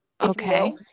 Okay